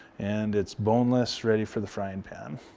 and it's boneless, ready for the frying pan.